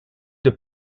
deux